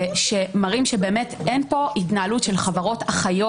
שמראים שבאמת אין פה התנהלות של חברות אחיות